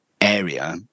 area